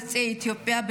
יוצאי אתיופיה,